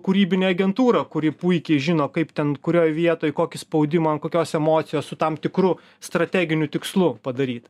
kūrybinė agentūra kuri puikiai žino kaip ten kurioj vietoj kokį spaudimą ant kokios emocijos su tam tikru strateginiu tikslu padaryt